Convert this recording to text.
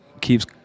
keeps